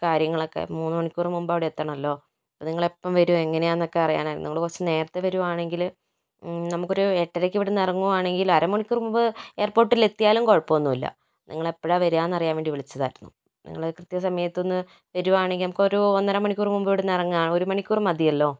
കാര്യങ്ങളൊക്കെ മൂന്ന് മണിക്കൂർ മുമ്പ് അവിടെ എത്തണമല്ലോ അപ്പോൾ നിങ്ങൾ എപ്പോൾ വരും എങ്ങനെയാണെന്നൊക്കെ അറിയാനായിരുന്നു നിങ്ങൾ കുറച്ച് നേരത്തെ വരികയാണെങ്കില് നമുക്കൊരു എട്ടരയ്ക്ക് ഇവിടെ നിന്ന് ഇറങ്ങുകയാണെങ്കിൽ അര മണിക്കൂർ മുൻപ് എയർപോർട്ടിൽ എത്തിയാലും കുഴപ്പമൊന്നുമില്ല നിങ്ങൾ എപ്പോഴാണ് വരികയെന്ന് അറിയാൻ വേണ്ടിയിട്ട് വിളിച്ചതായിരുന്നു നിങ്ങൾ കൃത്യ സമയത്ത് ഒന്ന് വരികയാണെങ്കിൽ നമുക്ക് ഒരു ഒന്നര മണിക്കൂർ മുമ്പ് ഇവിടെ നിന്ന് ഇറങ്ങാം ഒരു മണിക്കൂർ മതിയല്ലോ